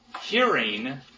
hearing